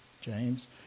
James